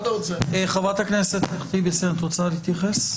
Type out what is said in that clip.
חברת הכנסת ח'טיב יאסין, את רוצה להתייחס?